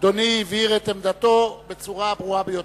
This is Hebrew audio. אדוני הבהיר את עמדתו בצורה ברורה ביותר.